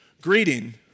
greeting